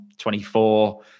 24